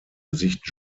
gesicht